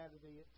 Saturday